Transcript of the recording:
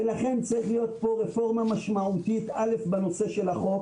לכן צריכה להיות פה רפורמה משמעותית בנושא של החוק,